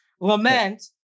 lament